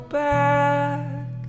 back